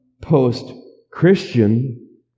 post-Christian